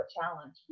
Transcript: challenge